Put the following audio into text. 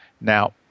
Now